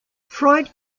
freud